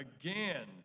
again